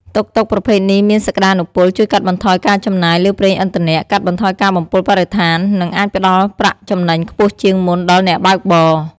តុកតុកប្រភេទនេះមានសក្ដានុពលជួយកាត់បន្ថយការចំណាយលើប្រេងឥន្ធនៈ កាត់បន្ថយការបំពុលបរិស្ថាន និងអាចផ្ដល់ប្រាក់ចំណេញខ្ពស់ជាងមុនដល់អ្នកបើកបរ។